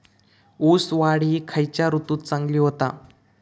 ऊस वाढ ही खयच्या ऋतूत चांगली होता?